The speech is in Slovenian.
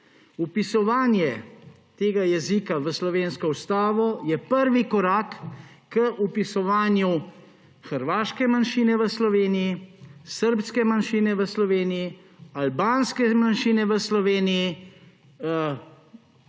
Vpisovanje tega jezika v slovensko ustavo je prvi korak k vpisovanju hrvaške manjšine v Sloveniji, srbske manjšine v Sloveniji, albanske manjšine v Sloveniji,